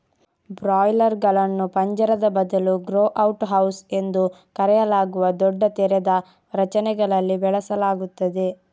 ಬ್ರಾಯ್ಲರುಗಳನ್ನು ಪಂಜರದ ಬದಲು grow out house ಎಂದು ಕರೆಯಲಾಗುವ ದೊಡ್ಡ ತೆರೆದ ರಚನೆಗಳಲ್ಲಿ ಬೆಳೆಸಲಾಗುತ್ತದೆ